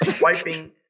Wiping